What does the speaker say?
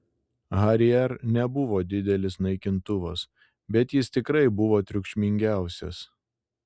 harrier nebuvo didelis naikintuvas bet jis tikrai buvo triukšmingiausias